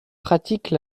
pratiquent